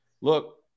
look